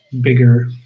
bigger